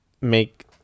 make